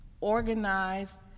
organized